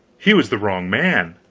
he was the wrong man!